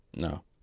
No